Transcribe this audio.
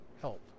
help